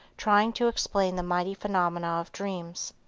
trying to explain the mighty phenomena of dreams,